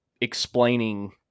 explaining